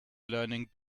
learning